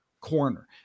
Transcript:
corner